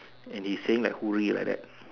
and he's saying like hooray like that